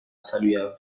salua